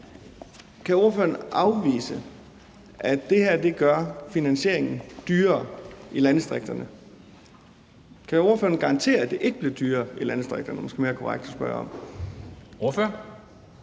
Kan ordføreren afvise, at det her gør finansieringen dyrere i landdistrikterne? Eller kan ordføreren garantere, at det ikke bliver dyrere i landdistrikterne?